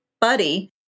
buddy